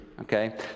Okay